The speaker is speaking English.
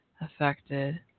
affected